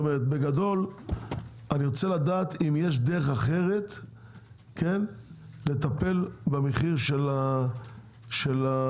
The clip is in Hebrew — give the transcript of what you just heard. בגדול אני רוצה לדעת אם יש דרך אחרת לטפל במחיר של העוף.